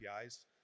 APIs